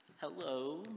Hello